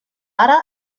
ara